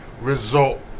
result